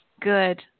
Good